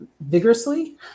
vigorously